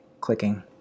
clicking